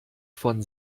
von